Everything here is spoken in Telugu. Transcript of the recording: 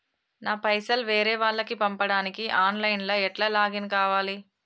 నా పైసల్ వేరే వాళ్లకి పంపడానికి ఆన్ లైన్ లా ఎట్ల లాగిన్ కావాలి?